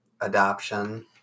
adoption